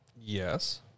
Yes